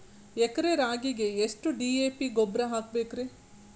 ಎಕರೆ ರಾಗಿಗೆ ಎಷ್ಟು ಡಿ.ಎ.ಪಿ ಗೊಬ್ರಾ ಹಾಕಬೇಕ್ರಿ?